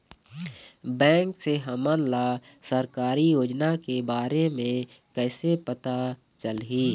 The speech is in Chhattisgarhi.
बैंक से हमन ला सरकारी योजना के बारे मे कैसे पता चलही?